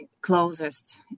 closest